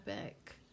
epic